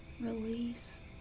release